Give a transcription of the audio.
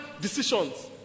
decisions